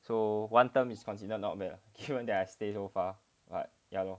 so one term is consider not bad lah I stay so far but ya lor